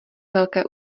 velké